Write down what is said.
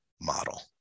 model